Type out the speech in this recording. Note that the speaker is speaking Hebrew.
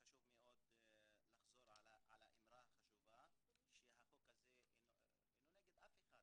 חשוב לחזור על האמרה החשובה שהחוק הזה הוא לא נגד אף אחד,